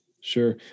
Sure